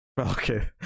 Okay